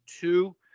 two